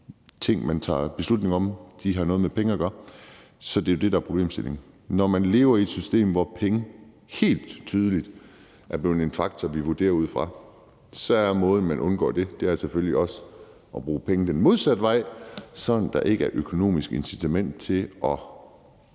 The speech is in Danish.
ting, man tager beslutninger om, har noget med penge at gøre. Så det er jo det, der er problemstillingen. Når man lever i et system, hvor penge helt tydeligt er blevet en faktor, som vi vurderer det ud fra, så er måden, man undgår det på, selvfølgelig også at bruge pengene den modsatte vej, sådan at der ikke er et økonomisk incitament til at